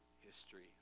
history